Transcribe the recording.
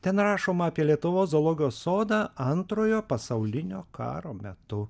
ten rašoma apie lietuvos zoologijos sodą antrojo pasaulinio karo metu